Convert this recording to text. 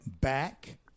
back